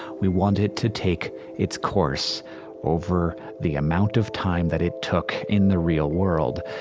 we wanted it to take its course over the amount of time that it took in the real world.